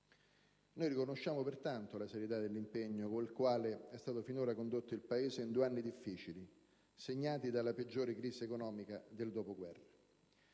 Noi riconosciamo pertanto la serietà dell'impegno con il quale è stato finora condotto il Paese in due anni difficili, segnati dalla peggiore crisi economica del dopoguerra,